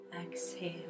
exhale